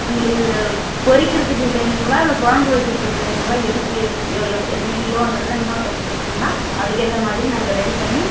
உங்களுக்கு பொரிக்கிறதுக்கு வேணும்ங்களா இல்லை குழம்பு வைக்கிறதுக்கு வேணும்ங்களா எதுக்கு எத்தனை கிலோன்றதை இன்னொரு டைம் சொன்னீங்கனா அதுக்கேற்ற மாதிரி நாங்கள் ரெடி பண்ணி